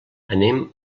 anem